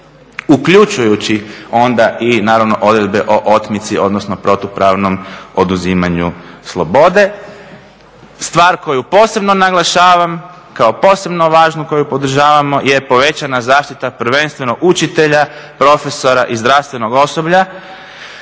Uključujući onda naravno i odredbe o otmici odnosno protupravnom oduzimanju slobode. Stvar koju posebno naglašavam kao posebno važnu koju podržavamo je povećana zaštita prvenstveno učitelja, profesora i zdravstvenog osoblja.